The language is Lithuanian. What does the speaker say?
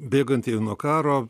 bėgantieji nuo karo